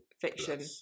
fiction